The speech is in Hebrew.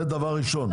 זה דבר ראשון.